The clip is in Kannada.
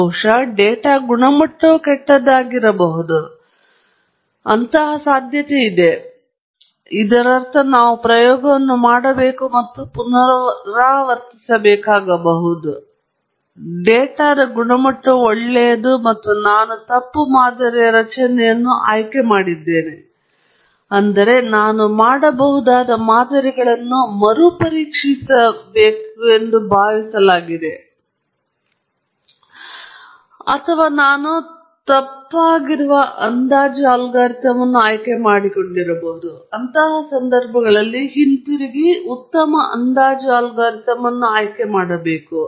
ಬಹುಶಃ ಡೇಟಾ ಗುಣಮಟ್ಟವು ಕೆಟ್ಟದ್ದಾಗಿರಬಹುದು ಅದು ತುಂಬಾ ಸಾಧ್ಯತೆಯಿದೆ ಇದರರ್ಥ ನಾವು ಪ್ರಯೋಗವನ್ನು ಮಾಡಬೇಕು ಮತ್ತು ಪುನರಾವರ್ತಿಸಬೇಕಾಗಬಹುದು ಮತ್ತು ಡೇಟಾ ಗುಣಮಟ್ಟವು ಒಳ್ಳೆಯದು ಮತ್ತು ನಾನು ತಪ್ಪು ಮಾದರಿಯ ರಚನೆಯನ್ನು ಆಯ್ಕೆ ಮಾಡಿದ್ದೇನೆ ಅಂದರೆ ನಾನು ಮಾಡಬಹುದಾದ ಮಾದರಿಗಳನ್ನು ಮರು ಪರೀಕ್ಷಿಸಬೇಕು ಭಾವಿಸಲಾಗಿದೆ ಅಥವಾ ನಾನು ತಪ್ಪಾಗಿ ಅಂದಾಜು ಅಲ್ಗಾರಿದಮ್ ಅನ್ನು ಆಯ್ಕೆ ಮಾಡಿಕೊಂಡಿದ್ದೇನೆ ಅಂತಹ ಸಂದರ್ಭಗಳಲ್ಲಿ ನಾನು ಹಿಂತಿರುಗಿ ಉತ್ತಮ ಅಂದಾಜು ಅಲ್ಗಾರಿದಮ್ ಅನ್ನು ಆಯ್ಕೆ ಮಾಡಬೇಕಾಗಿದೆ